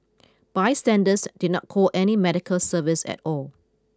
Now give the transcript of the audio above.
bystanders did not call any medical service at all